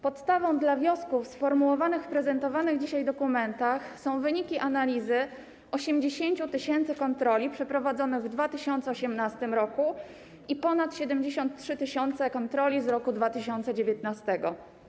Podstawą dla wniosków sformułowanych w prezentowanych dzisiaj dokumentach są wyniki analizy 80 tys. kontroli przeprowadzonych w 2018 r. i ponad 73 tys. kontroli z roku 2019.